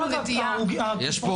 לא רק משפחות ההרוגים והפצועים.